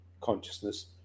consciousness